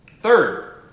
Third